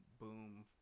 boom